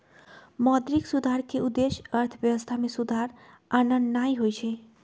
मौद्रिक सुधार के उद्देश्य अर्थव्यवस्था में सुधार आनन्नाइ होइ छइ